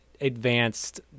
advanced